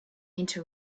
into